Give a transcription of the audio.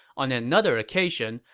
on another occasion,